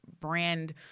brand